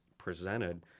Presented